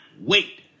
wait